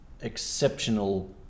exceptional